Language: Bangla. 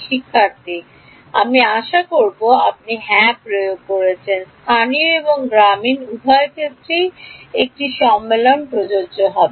শিক্ষার্থী আমি আশা করি আপনি হ্যাঁ প্রয়োগ করেছেন স্থানীয় এবং গ্রামীণ উভয় ক্ষেত্রেই একটি সম্মেলন প্রযোজ্য হবে